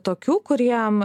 tokių kuriem